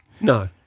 No